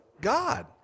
God